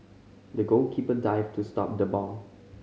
the goalkeeper dived to stop the ball